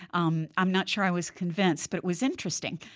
um i'm not sure i was convinced, but it was interesting.